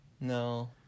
No